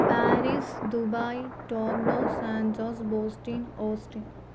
Paris Dubai ടോങ്ടോൺസ്സ് San Jose Boston Osteen